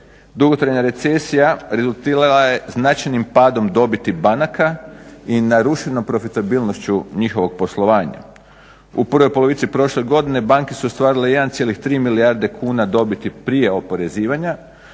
Dugotrajna recesija rezultirala je značajnim padom dobiti banaka i narušenom profitabilnošću njihovog poslovanja. U prvoj polovici prošle godine banke su ostvarile 1,3 milijarde kuna dobiti prije oporezivanja